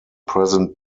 present